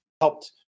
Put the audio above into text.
helped